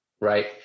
right